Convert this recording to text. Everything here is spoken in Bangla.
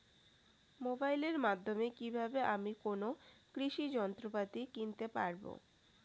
মোবাইলের মাধ্যমে কীভাবে আমি কোনো কৃষি যন্ত্রপাতি কিনতে পারবো?